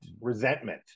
resentment